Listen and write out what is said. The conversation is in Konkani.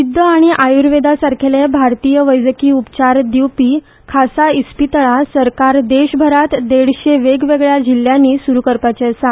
सिध्द आनी आयुर्वेदा सारखेले भारतीय वैजकी उपचार दिवपी खासा इस्पितळा सरकार देशभरात देडशे वेगवेगळ्या जिल्ल्यानी सुरू करपाचो आसा